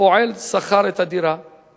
פועל שכר ב-1,000,